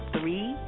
three